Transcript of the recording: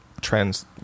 trends